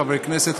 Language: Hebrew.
חברי כנסת,